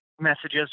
messages